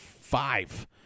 five